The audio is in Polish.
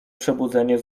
przebudzenie